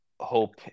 Hope